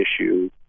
issue